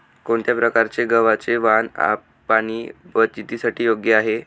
कोणत्या प्रकारचे गव्हाचे वाण पाणी बचतीसाठी योग्य आहे?